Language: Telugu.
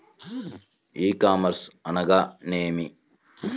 ఈ కామర్స్ అనగా నేమి?